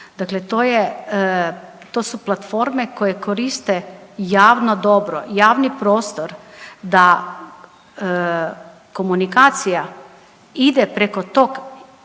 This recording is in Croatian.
dakle to su platforme koje koriste javno dobro, javni prostor da komunikacija ide preko tog